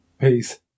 peace